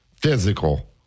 physical